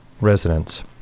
residents